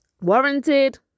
Warranted